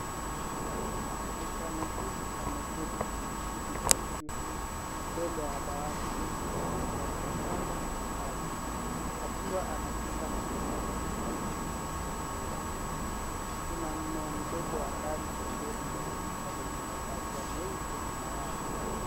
Msichana huyu ameketi kwenye kiti cha ofisi, mbele ya dawati lenye kompyuta mpakato na vitabu, akiwa anashika na kuonyesha kitabu kilichofunguliwa. Kuna mmea mdogo wa ndani na dirisha lenye mapazia meupe, nyuma yake.